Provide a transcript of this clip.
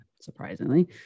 Surprisingly